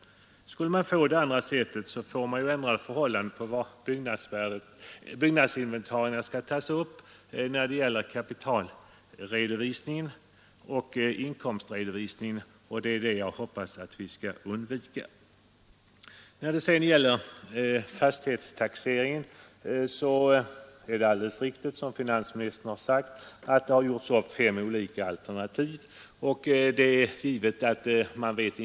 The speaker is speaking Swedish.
Skulle det av fastighetstaxeringsutredningen föreslagna sättet tillämpas skulle byggnadsinventarierna räknas till byggnader när det gäller kapitalredovisningen men till inventarierna vid inkomstredovisningen, och det är detta system jag hoppas vi skall undvika. När det sedan gäller fastighetstaxeringen är det alldeles riktigt, som finansministern sagt, att det gjorts upp fem olika alternativ på beräkning av byggnadsvärde.